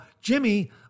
Jimmy